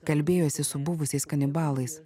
kalbėjosi su buvusiais kanibalais